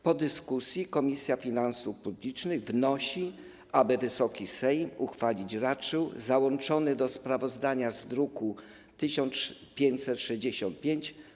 Po dyskusji Komisja Finansów Publicznych wnosi, aby Wysoki Sejm uchwalić raczył projekt ustawy załączony do sprawozdania z druku nr 1565.